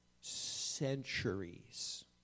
centuries